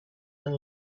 and